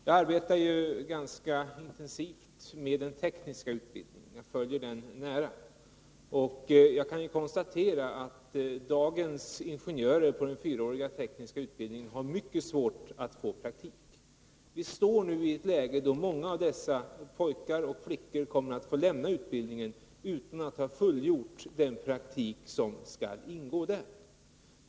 Jag följer den tekniska utbildningen nära och kan konstatera att dagens studerande på den 4-åriga tekniska utbildningen har mycket svårt att få praktik. Vi har nu ett läge då många av dessa pojkar och flickor kommer att få lämna utbildningen utan att ha fullgjort den praktik som skall ingå.